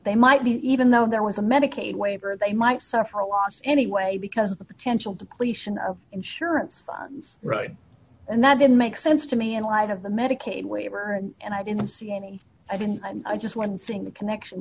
might be even though there was a medicaid waiver they might suffer a loss anyway because of the potential depletion of insurance plans right and that didn't make sense to me in light of the medicaid waiver and i didn't see any i didn't i'm just one seeing the connection